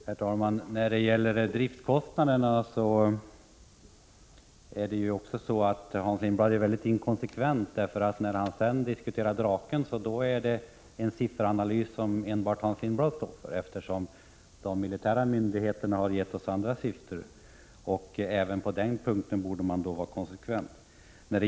Herr talman! När det gäller driftkostnaderna är Hans Lindblad inkonsekvent. Den sifferanalys han gör när han diskuterar Draken är han ensam om, eftersom de militära myndigheterna har lämnat andra siffror. Även på den punkten borde Hans Lindblad vara konsekvent.